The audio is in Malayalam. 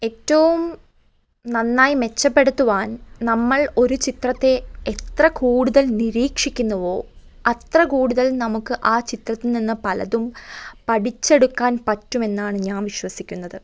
ഏറ്റവും നന്നായി മെച്ചപ്പെടുത്തുവാൻ നമ്മൾ ഒരു ചിത്രത്തെ എത്ര കൂടുതൽ നിരീക്ഷിക്കുന്നുവോ അത്ര കൂടുതൽ നമുക്ക് ആ ചിത്രത്തിൽ നിന്നും പലതും പഠിച്ചെടുക്കാൻ പറ്റുമെന്നാണ് ഞാൻ വിശ്വസിക്കുന്നത്